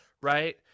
right